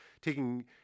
taking